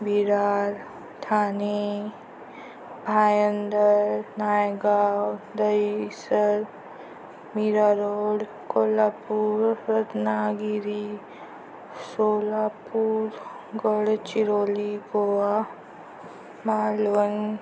Virar Thane Bhayandar Naigaon Dahisar Mira Road Kolhapur Ratnagiri Solapur Gadchiroli Goa Malvan